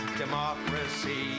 democracy